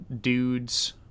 dudes